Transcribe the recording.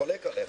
אני חולק עליך.